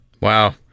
wow